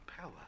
power